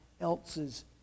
else's